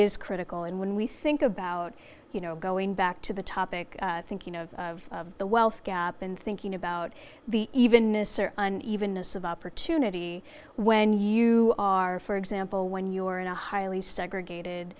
is critical and when we think about you know going back to the topic thinking of the wealth gap and thinking about the even an even a sieve opportunity when you are for example when you are in a highly segregated